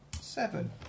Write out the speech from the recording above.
Seven